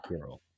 girl